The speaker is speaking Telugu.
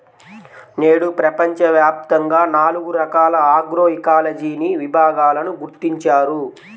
నేడు ప్రపంచవ్యాప్తంగా నాలుగు రకాల ఆగ్రోఇకాలజీని విభాగాలను గుర్తించారు